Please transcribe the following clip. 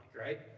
right